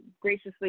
graciously